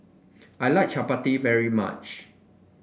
I like Chapati very much